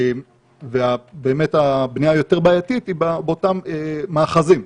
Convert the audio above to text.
ובאמת הבנייה היותר בעייתית היא באותם מאחזים,